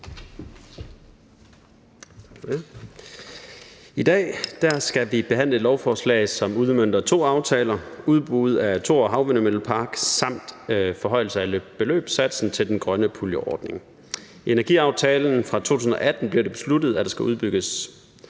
I dag skal vi behandle et lovforslag, som udmønter to aftaler: udbud af Thor Havvindmøllepark samt forhøjelse af beløbssatsen til grøn puljeordning. I energiaftalen fra 2018 blev det besluttet, at der skal udbygges